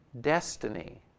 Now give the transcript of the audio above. destiny